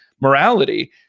morality